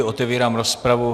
Otevírám rozpravu.